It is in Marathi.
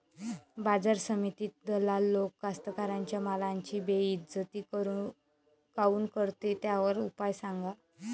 बाजार समितीत दलाल लोक कास्ताकाराच्या मालाची बेइज्जती काऊन करते? त्याच्यावर उपाव सांगा